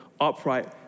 upright